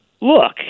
look